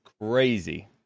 crazy